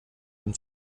und